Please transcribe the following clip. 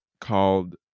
called